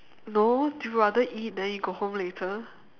no you rather eat then you go home later